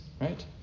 right